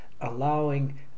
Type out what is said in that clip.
allowing